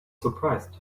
surprised